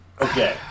Okay